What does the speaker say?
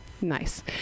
Nice